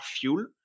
fuel